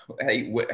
Hey